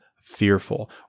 fearful